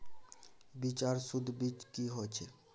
बीज आर सुध बीज की होय छै?